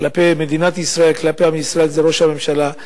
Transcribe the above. כלפי מדינת ישראל, כלפי עם ישראל, זה ראש הממשלה.